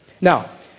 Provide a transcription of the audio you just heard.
Now